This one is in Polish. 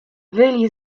wyli